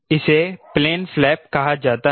इसे plain flap कहा जाता है